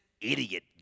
idiot